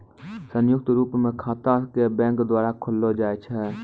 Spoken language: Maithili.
संयुक्त रूप स खाता क बैंक द्वारा खोललो जाय छै